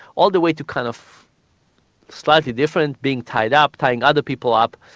all the way to kind of slightly different being tied up, tying other people up,